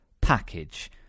package